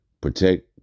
protect